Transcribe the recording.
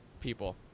people